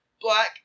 black